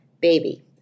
Baby